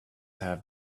have